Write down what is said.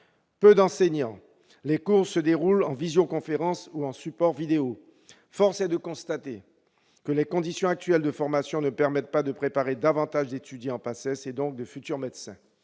d'enseignants est faible. Les cours se déroulent en visioconférence ou sur supports vidéo. Force est de constater que les conditions actuelles de formation ne permettent pas de préparer davantage d'étudiants en PACES et, donc, de futurs médecins.